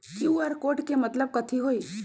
QR code के मतलब कथी होई?